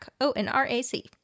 O-N-R-A-C